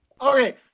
Okay